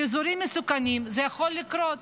באזורים מסוכנים, זה יכול לקרות.